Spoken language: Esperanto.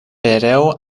pereu